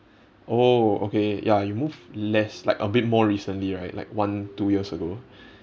oh okay ya you move less like a bit more recently right like one two years ago